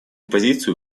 позицию